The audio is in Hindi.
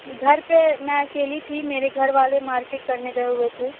घर पे मैं अकेली थी मेरे घर वाले मार्केट करने गए हुए थे